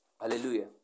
Hallelujah